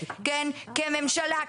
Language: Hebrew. כממשלה,